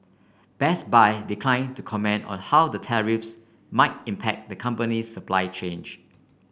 Best Buy decline to comment on how the tariffs might impact the company's supply chain